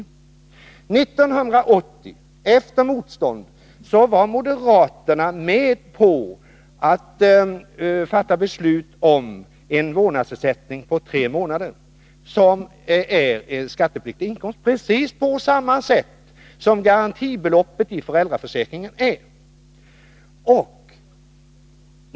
År 1980 var moderaterna, efter motstånd, med påatt fatta beslut om en skattepliktig vårdnadsersättning, avseende 3 månader, precis på samma sätt som beträffande garantibeloppet i föräldraförsäkringen.